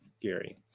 Gary